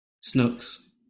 Snooks